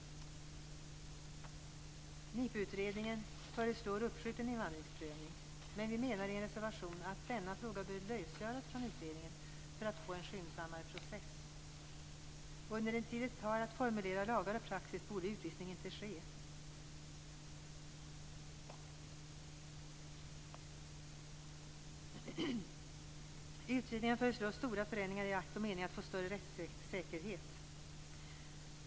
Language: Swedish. NIPU-utredningen föreslår uppskjuten invandringsprövning. Men vi menar i en reservation att denna fråga bör lösgöras från utredningen för att man skall få en skyndsammare process. Under den tid som det tar att formulera lagar och praxis borde utvisning inte ske. Utredningen föreslår stora förändringar i akt och mening för att åstadkomma en större rättssäkerhet.